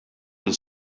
been